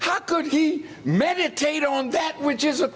how could he meditate on that which is a